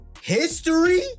History